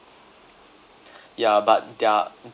yeah but their